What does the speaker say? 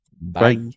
Bye